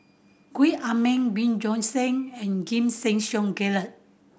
Gwee Ah Leng Bjorn Shen and Giam Yean Song Gerald